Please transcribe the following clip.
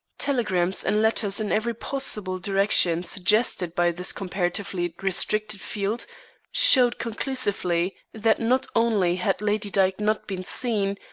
telegrams and letters in every possible direction suggested by this comparatively restricted field showed conclusively that not only had lady dyke not been seen,